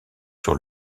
sur